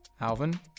Alvin